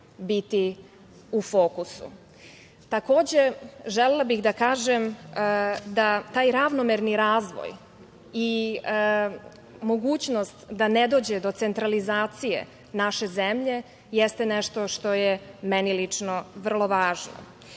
biti u fokusu. Takođe, želela bih da kažem da taj ravnomerni razvoj i mogućnost da ne dođe do centralizacije naše zemlje jeste nešto što je meni lično meni važno.